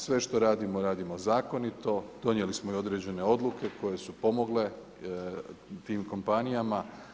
Sve što radimo, radimo zakonito, donijeli smo i određene odluke koje su pomogle tim kompanijama.